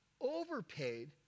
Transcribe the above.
overpaid